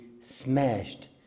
smashed